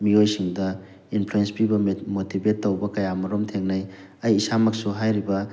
ꯃꯤꯑꯣꯏꯁꯤꯡꯗ ꯏꯟꯐ꯭ꯂꯣꯟꯁ ꯄꯤꯕ ꯃꯣꯇꯤꯕꯦꯠ ꯇꯧꯕ ꯀꯌꯥꯃꯔꯨꯝ ꯊꯦꯡꯅꯩ ꯑꯩ ꯏꯁꯥꯃꯛꯁꯨ ꯍꯥꯏꯔꯤꯕ